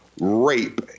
rape